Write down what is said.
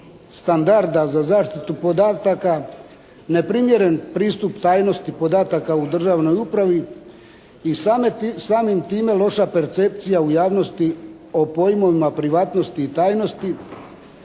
standarda za zaštitu podataka neprimjeren pristupu tajnosti podataka u državnoj upravi i samim time loša percepcija u javnosti o pojmovima privatnosti i tajnosti,